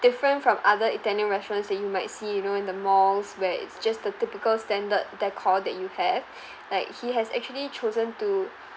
different from other italian restaurants that you might see you know in the malls where it's just the typical standard decor that you have like he has actually chosen to